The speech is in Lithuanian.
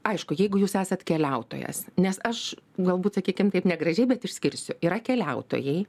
aišku jeigu jūs esat keliautojas nes aš galbūt sakykim taip negražiai bet išskirsiu yra keliautojai